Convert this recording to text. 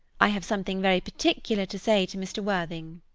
i have something very particular to say to mr. worthing.